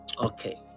Okay